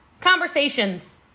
Conversations